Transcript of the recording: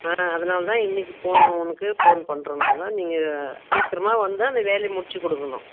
ஆ அதனால் தான் இன்றைக்கு போ உனக்கு ஃபோன் பண்ணுறோம் நாங்கள் நீங்கள் சீக்கிரமாக வந்தால் அந்த வேலையை முடித்து கொடுக்கணும்